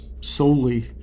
solely